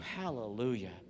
Hallelujah